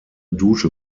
dusche